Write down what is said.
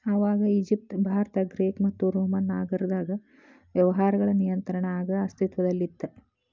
ಆವಾಗ Egypt Bharat Greek ಮತ್ತು Roman ನಾಗರದಾಗ ವ್ಯವಹಾರಗಳ ನಿಯಂತ್ರಣ ಆಗ ಅಸ್ತಿತ್ವದಲ್ಲಿತ್ತ